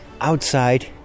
outside